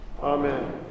Amen